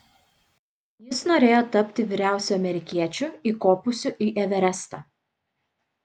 jis norėjo tapti vyriausiu amerikiečiu įkopusių į everestą